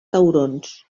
taurons